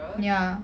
ya